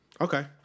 Okay